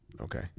Okay